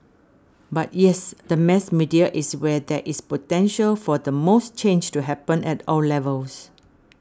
but yes the mass media is where there is potential for the most change to happen at all levels